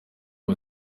ubu